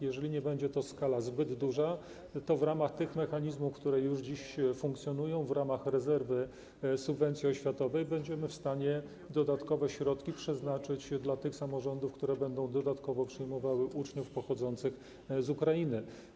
Jeżeli nie będzie to skala zbyt duża, to w ramach tych mechanizmów, które już dziś funkcjonują, w ramach rezerwy subwencji oświatowej będziemy w stanie dodatkowe środki przeznaczyć dla tych samorządów, które będą dodatkowo przyjmowały uczniów pochodzących z Ukrainy.